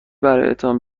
برایتان